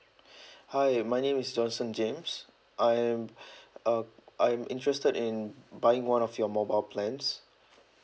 hi my name is johnson james I am uh I'm interested in buying one of your mobile plans